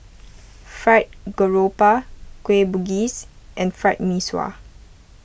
Fried Garoupa Kueh Bugis and Fried Mee Sua